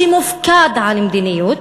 שמופקד על מדיניות,